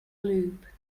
lube